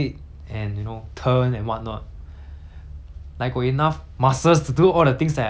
like got enough muscles to do all the things that I ask them to do lah so like